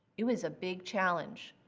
it was a big challenge.